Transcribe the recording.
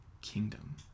kingdom